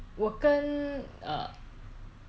我跟 err